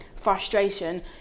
frustration